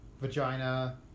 vagina